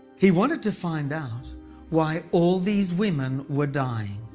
he wanted to find out why all these women were dying.